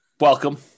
welcome